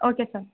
okay sir